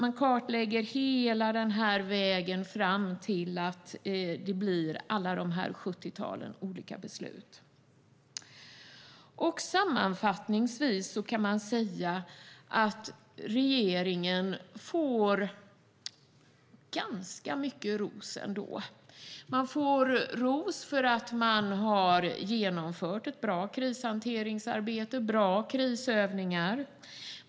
Vi kartlägger hela vägen fram till alla dessa sjuttiotalet olika beslut. Sammanfattningsvis kan man säga att regeringen ändå får ganska mycket ros. Den får ros för att ha genomfört ett bra krishanteringsarbete och bra krisövningar.